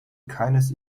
keines